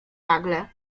nagle